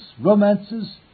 romances